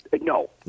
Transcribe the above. No